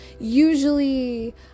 usually